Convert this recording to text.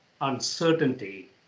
uncertainty